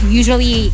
usually